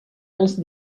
als